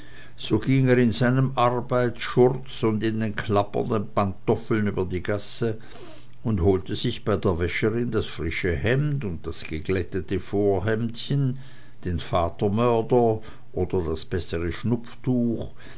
so ging er in seinem arbeitsschurz und in den klappernden pantoffeln über die gasse und holte sich bei der wäscherin das frische hemd und das geglättete vorhemdchen den vatermörder oder das bessere